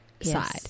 side